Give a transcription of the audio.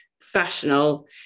professional